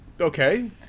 Okay